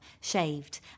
shaved